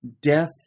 Death